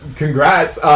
congrats